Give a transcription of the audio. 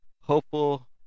hopeful